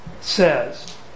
says